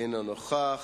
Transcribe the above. אינו נוכח.